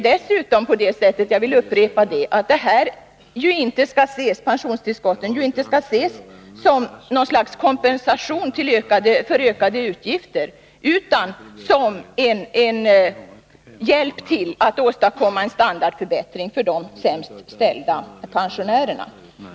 Dessutom skall inte — jag vill upprepa det — pensionstillskotten ses som något slags kompensation för ökade utgifter utan som en hjälp att åstadkomma en standardförbättring för de sämst ställda pensionärerna.